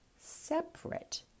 separate